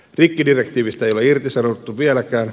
rikkidirektiivistä ei ole irtisanouduttu vieläkään